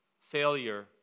failure